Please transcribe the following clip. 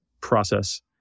process